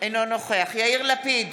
אינו נוכח יאיר לפיד,